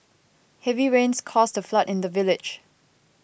heavy rains caused a flood in the village